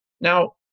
now